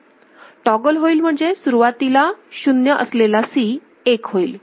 toggle होईल म्हणजे सुरुवातीला शून्य असलेला C एक होईल